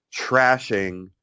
trashing